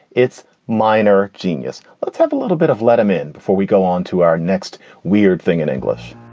it's minor genius. let's have a little bit of let him in. before we go onto our next weird thing in english